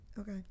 Okay